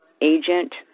agent